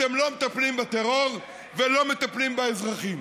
אתם לא מטפלים בטרור ולא מטפלים באזרחים.